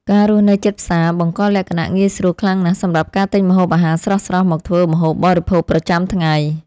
ការរស់នៅជិតផ្សារបង្កលក្ខណៈងាយស្រួលខ្លាំងណាស់សម្រាប់ការទិញម្ហូបអាហារស្រស់ៗមកធ្វើម្ហូបបរិភោគប្រចាំថ្ងៃ។